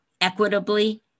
equitably